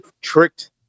tricked